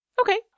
Okay